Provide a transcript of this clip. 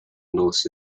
norse